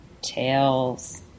tails